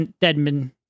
Deadman